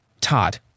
Todd